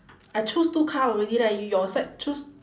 I choose two card already leh y~ your side choose